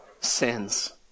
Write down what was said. sins